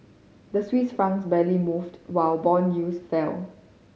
the Swiss franc barely moved while bond yields fell